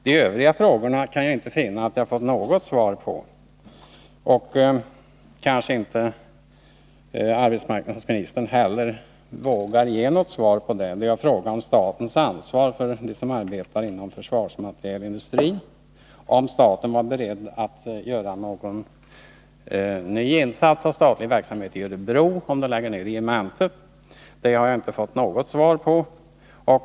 De övriga frågorna kan jag inte finna att jag har fått något svar på — arbetsmarknadsministern kanske inte heller vågar ge något svar på dem. En fråga gällde statens ansvar för dem som arbetar inom försvarsmaterielindustrin och om staten är beredd att göra någon ny insats av statlig verksamhet i Örebro om man lägger ner regementet. Detta har jag inte fått något svar på.